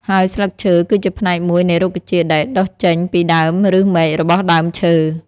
ហើយស្លឺកឈើ គីជាផ្នែកមួយនៃរុក្ខជាតិដែលដុះចេញពីដើមឬមែករបស់ដើមឈើ។